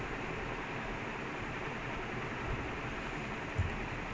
sit down in his room four recordings in a row then you you go flex ah